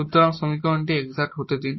সুতরাং সমীকরণটি এক্সাট হতে দিন